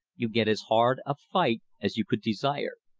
you get as hard a fight as you could desire.